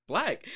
Black